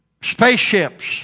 spaceships